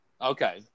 okay